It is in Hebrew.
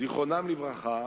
זיכרונם לברכה,